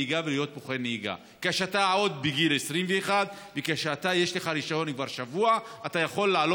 הנהלים החדשים קובעים שבוחן יכול להיות בן 21. אתם מתארים לעצמכם?